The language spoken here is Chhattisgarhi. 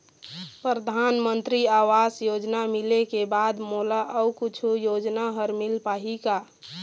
परधानमंतरी आवास योजना मिले के बाद मोला अऊ कुछू योजना हर मिल पाही का?